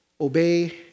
Obey